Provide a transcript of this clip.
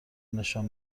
نشان